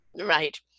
Right